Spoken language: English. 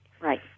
Right